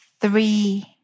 three